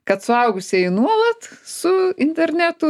kad suaugusieji nuolat su internetu